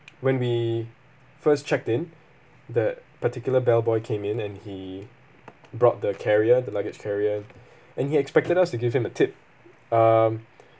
when we first checked in that particular bellboy came in and he brought the carrier the luggage carrier and he expected us to give him a tip um